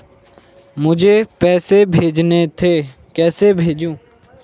मुझे पैसे भेजने थे कैसे भेजूँ?